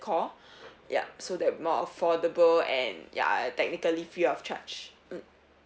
call yup so that more affordable and ya technically free of charge mm